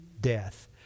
death